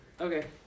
Okay